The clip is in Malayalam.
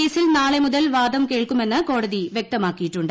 കേസിൽ നാളെ മുതൽ വാദം കേൾക്കുമെന്ന് കോടതി വ്യക്തമാക്കിയിട്ടുണ്ട്